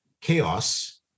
chaos